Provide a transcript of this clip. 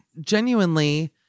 genuinely